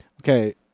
okay